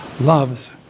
loves